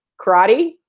karate